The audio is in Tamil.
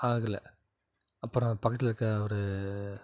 ஆகல அப்புறம் பக்கத்தில் இருக்கற ஒரு